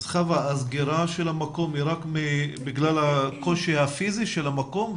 אז הסגירה של המקום היא רק בגלל הקושי הפיזי של המקום?